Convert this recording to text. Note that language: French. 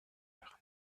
par